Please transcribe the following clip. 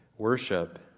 worship